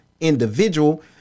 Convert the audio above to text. individual